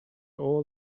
all